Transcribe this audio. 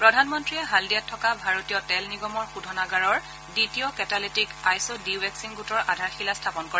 প্ৰধানমন্ত্ৰীয়ে হালডিয়াত থকা ভাৰতীয় তেল নিগমৰ শোধানাগাৰৰ দ্বিতীয় কেটালেটিক আইচ ডি ৱেকচিং গোটৰ আধাৰশিলা স্থাপন কৰে